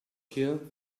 here